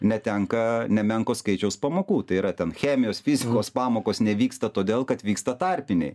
netenka nemenko skaičiaus pamokų tai yra ten chemijos fizikos pamokos nevyksta todėl kad vyksta tarpiniai